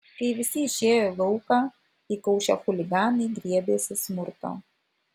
kai visi išėjo į lauką įkaušę chuliganai griebėsi smurto